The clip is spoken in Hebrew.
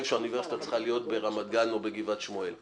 שהאוניברסיטה צריכה להיות ברמת גן או בגבעת שמואל,